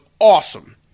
awesome